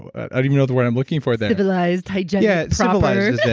i don't even know the word i'm looking for there. civilized, hygienic yeah. civilized is that